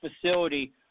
facility